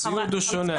הציוד שונה.